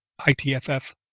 ITFF